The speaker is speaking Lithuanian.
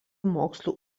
mokslų